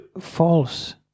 false